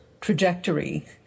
trajectory